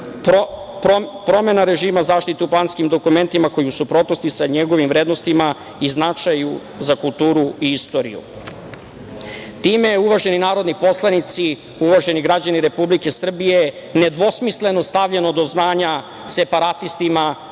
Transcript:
promena režima zaštite u planskim dokumentima koji je u suprotnosti sa njegovim vrednostima i značaj za kulturu i istoriju. Time je, uvaženi narodni poslanici, uvaženi građani Republike Srbije, nedvosmisleno stavljeno do znanja separatistima